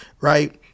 Right